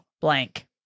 blank